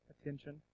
attention